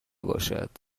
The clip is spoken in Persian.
باشد